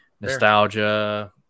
Nostalgia